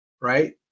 right